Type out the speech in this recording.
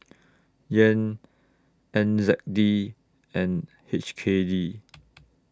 Yen N Z D and H K D